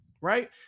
right